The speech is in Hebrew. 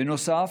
בנוסף,